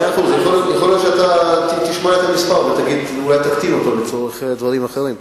יכול להיות שתשמע את המספר ואולי תקטין אותו לצורך דברים אחרים.